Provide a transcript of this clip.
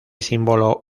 símbolo